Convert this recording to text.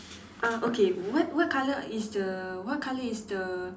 uh okay what what colour is the what colour is the